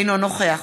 אינו נוכח